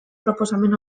proposamen